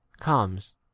comes